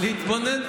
הוא פה.